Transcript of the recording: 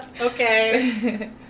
Okay